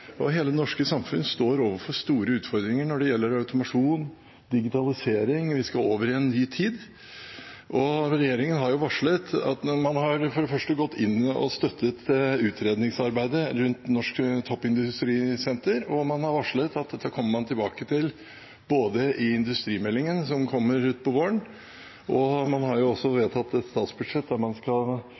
og hele det norske samfunnet står overfor store utfordringer når det gjelder automasjon og digitalisering. Vi skal over i en ny tid. Regjeringen har for det første gått inn og støttet utredningsarbeidet rundt norsk toppindustrisenter. Man har varslet at dette kommer man tilbake til i industrimeldingen som kommer utpå våren, og man har også vedtatt et statsbudsjett der man skal